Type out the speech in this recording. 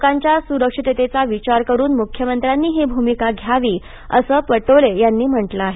लोकांच्या सुरक्षिततेला प्राधान्य देवून मुख्यमंत्र्यांनी ही भुमिका घ्यावी असे पटोले यांनी म्हटलं आहे